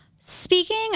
Speaking